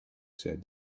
said